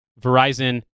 Verizon